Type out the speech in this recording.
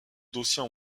dossiers